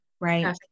right